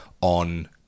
on